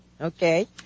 Okay